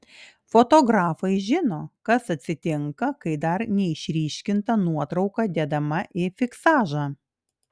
fotografai žino kas atsitinka kai dar neišryškinta nuotrauka dedama į fiksažą